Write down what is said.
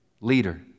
leader